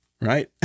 right